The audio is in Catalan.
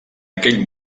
aquell